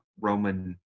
Roman